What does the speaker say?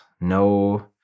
no